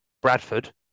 Bradford